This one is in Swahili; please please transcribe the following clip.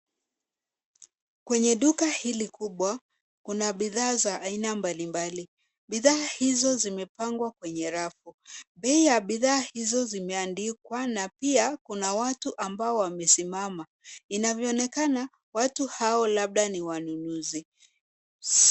Kwenye duka hili kubwa, kuna bidhaa za aina mbalimbali. Bidhaa hizo zimepangwa kwenye rafu. Bei ya bidhaa hizo zimeandikwa na pia kuna watu ambao wamesimama. Inavyoonekana watu hao labda ni wanunuzi.